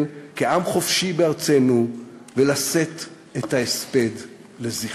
כעם חופשי בארצנו ולשאת את ההספד לזכרו.